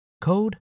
code